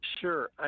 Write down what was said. Sure